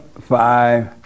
five